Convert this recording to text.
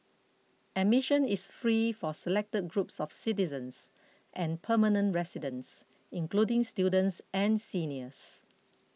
admission is free for selected groups of citizens and permanent residents including students and seniors